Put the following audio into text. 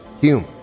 Hume